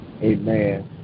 Amen